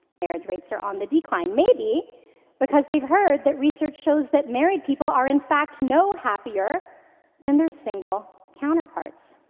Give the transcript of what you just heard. marriage rates are on the decline. maybe because they've heard that research shows that married people are, in fact, no happier than their single counterparts.